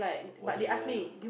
what the hell